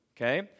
okay